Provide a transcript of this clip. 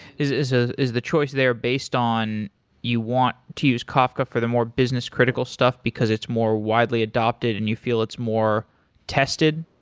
is is ah the choice there based on you want to use kafka for the more business critical stuff, because it's more widely adopted and you feel it's more tested?